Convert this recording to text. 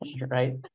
Right